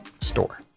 Store